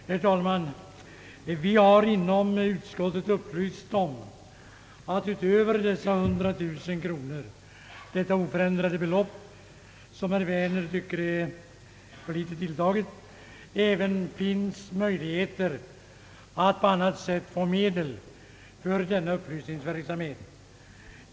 Herr talman! Vi har inom utskottet upplysts om att det utöver detta oförändrade belopp på 100000 kronor — som herr Werner anser vara för litet tilltaget — finns möjligheter att på annat sätt få medel till denna upplysningsverksamhet.